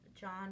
John